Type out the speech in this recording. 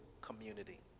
community